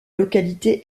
localité